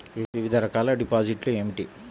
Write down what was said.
వివిధ రకాల డిపాజిట్లు ఏమిటీ?